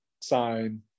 sign